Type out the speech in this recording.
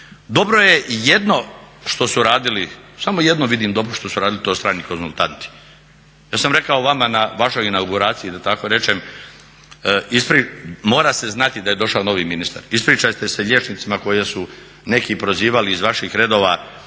Dobro je jedno što su radili, samo jedno vidim dobro što su radili to je strani konzultanti. Ja sam rekao vama na vašoj inauguraciji da tako rečem, mora se znati da je došao novi ministar, ispričajte se liječnicima koje su neki prozivali iz vaših redova